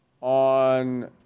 on